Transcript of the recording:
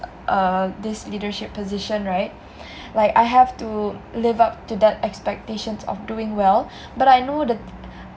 uh this leadership position right like I have to live up to that expectations of doing well but I know that